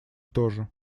тоже